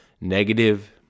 negative